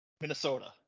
Minnesota